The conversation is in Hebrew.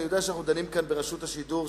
אני יודע שאנחנו דנים כאן ברשות השידור,